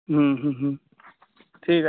হুম হুম হুম ঠিক আ